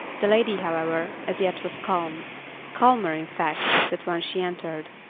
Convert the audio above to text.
the lady, however, as yet was calm calmer, in fact, than when she entered.